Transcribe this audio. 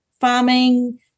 farming